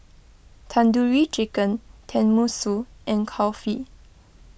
Tandoori Chicken Tenmusu and Kulfi